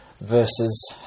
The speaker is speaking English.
versus